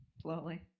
slowly